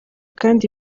kandi